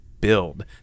build